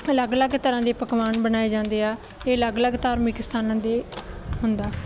ਅਲੱਗ ਅਲੱਗ ਤਰ੍ਹਾਂ ਦੇ ਪਕਵਾਨ ਬਣਾਏ ਜਾਂਦੇ ਆ ਇਹ ਅਲੱਗ ਅਲੱਗ ਧਾਰਮਿਕ ਸਥਾਨਾਂ ਦੇ ਹੁੰਦਾ